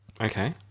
Okay